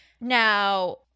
Now